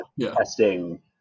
testing